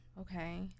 okay